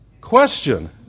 Question